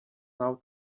now